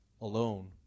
alone